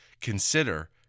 consider